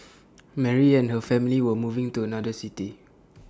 Mary and her family were moving to another city